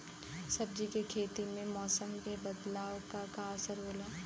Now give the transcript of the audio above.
सब्जी के खेती में मौसम के बदलाव क का असर होला?